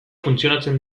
funtzionatzen